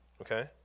Okay